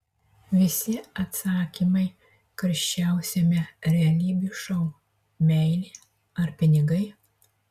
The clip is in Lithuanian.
visi atsakymai karščiausiame realybės šou meilė ar pinigai